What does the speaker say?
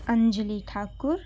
Anjali Thakur